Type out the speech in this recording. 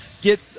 get